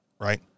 right